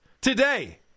Today